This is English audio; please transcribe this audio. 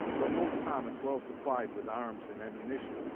for old tom is well supplied with arms and ammunition,